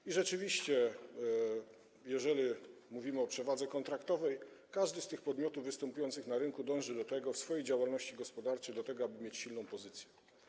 I rzeczywiście jeżeli mówimy o przewadze kontraktowej, każdy z tych podmiotów występujących na rynku dąży w swojej działalności gospodarczej do tego, aby mieć silną pozycję.